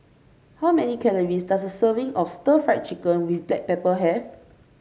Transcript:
how many calories does a serving of stir Fry Chicken with Black Pepper have